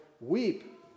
weep